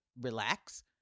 relax